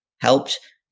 helped